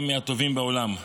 הם מהטובים בעולם.